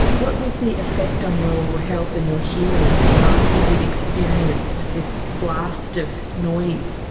what was the effect on your health and your hearing after you had experienced this blast of noise?